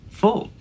full